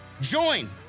join